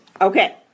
Okay